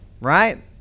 right